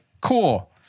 cool